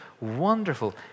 wonderful